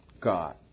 God